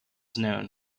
known